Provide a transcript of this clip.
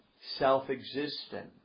self-existent